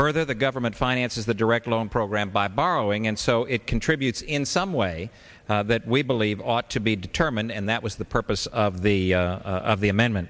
further the government finances the direct loan program by borrowing and so it contributes in some way that we believe ought to be determined and that was the purpose of the of the amendment